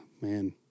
Man